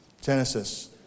Genesis